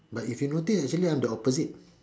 but if you notice actually I am the opposite